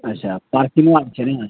अच्छा पार्किनो आर छै ने